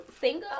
single